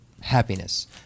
happiness